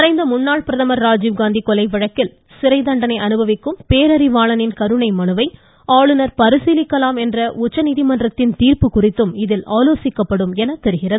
மறைந்த முன்னாள் பிரதமர் ராஜீவ்காந்தி கொலை வழக்கில் சிறை தண்டனை அனுபவிக்கும் பேரறிவாளனின் கருணை மனுவை ஆளுநர் பரிசீலிக்கலாம் என்ற உச்சநீதிமன்றத்தின் தீாப்பு குறித்தும் இதில் ஆலோசிக்கப்படும் எனத் தெரிகிறது